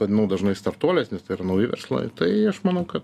vadinu dažnai startuoliais nes tai yra nauji verslai tai aš manau ka